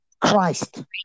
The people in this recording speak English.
Christ